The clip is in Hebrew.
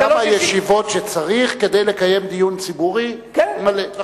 כמה ישיבות שצריך כדי לקיים דיון ציבורי מלא.